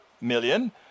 million